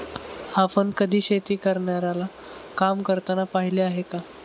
आपण कधी शेती करणाऱ्याला काम करताना पाहिले आहे का?